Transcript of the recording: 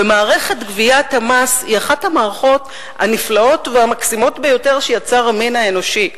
ומערכת גביית המס היא אחת המערכות הנפלאות ביותר שיצר המין האנושי,